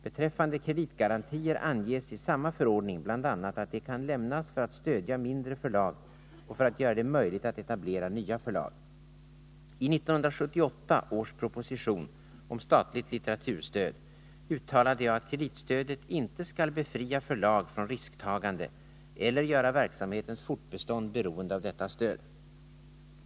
Beträffande kreditgarantier anges i samma förordning bl.a. att de kan lämnas för att stödja mindre förlag och för att göra det möjligt att etablera nya förlag. I 1978 års proposition om statligt litteraturstöd uttalade jag att kreditstödet inte skall befria förlag från risktagande eller göra verksamhetens fortbestånd beroende av detta stöd.